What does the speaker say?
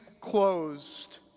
closed